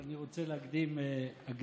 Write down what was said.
אבל אני רוצה להקדים הקדמה.